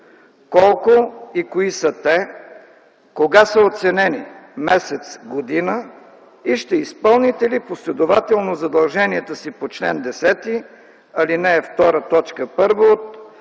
Колко и кои са те? Кога са оценени – месец, година? И ще изпълните ли последователно задължението си по чл. 10, ал. 2, т.